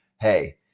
hey